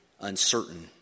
uncertain